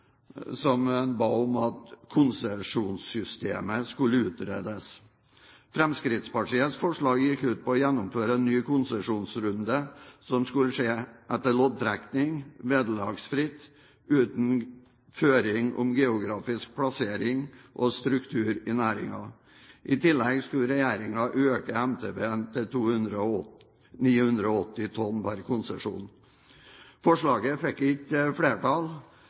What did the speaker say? ba om at konsesjonssystemet skulle utredes. Fremskrittspartiets forslag gikk ut på å gjennomføre en ny konsesjonsrunde som skulle skje etter loddtrekning, vederlagsfritt, uten føring om geografisk plassering og struktur i næringen. I tillegg skulle regjeringen øke MTB til 980 tonn per konsesjon. Forslagene fikk ikke flertall,